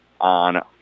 on